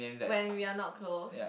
when we are not close